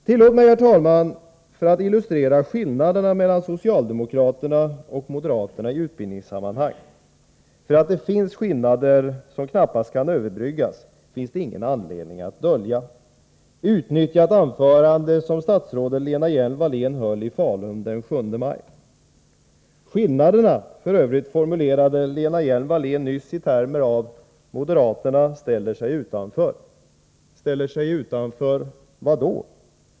Tillåt mig, herr talman, för att illustrera skillnaderna mellan socialdemokraterna och moderaterna i utbildningssammanhang — för att det finns skillnader som knappast kan överbryggas finns det ingen anledning att dölja — utnyttja ett anförande som statsrådet Lena Hjelm-Wallén höll i Falun den 7 maj. Lena Hjelm-Wallén formulerade nyss dessa skillnader i termer som att moderaterna ställer sig utanför. Ställer sig utanför vad?